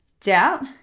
doubt